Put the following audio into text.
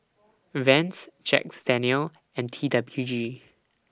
Vans Jack's Daniel's and T W G